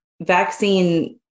vaccine